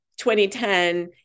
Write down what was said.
2010